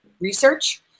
research